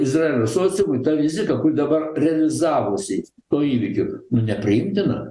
izraelio sociumui ta rizika kur dabar realizavosi tuo įvykiu nu nepriimtina